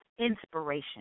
inspiration